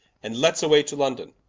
and let's away to london,